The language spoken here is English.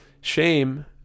shame